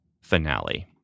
finale